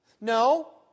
No